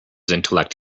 intellect